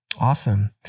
awesome